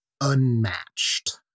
unmatched